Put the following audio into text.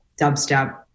dubstep